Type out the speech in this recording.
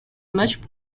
much